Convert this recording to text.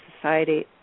society